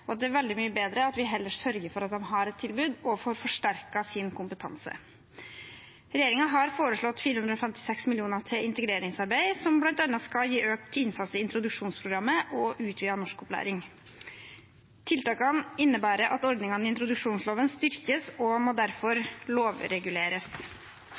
Det er mye bedre at vi sørger for at de har et tilbud og får forsterket sin kompetanse. Regjeringen har foreslått 456 mill. kr til integreringsarbeid, som bl.a. skal gi økt innsats i introduksjonsprogrammet og utvidet norskopplæring. Tiltakene innebærer at ordningen i introduksjonsloven styrkes, og må